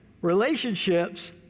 Relationships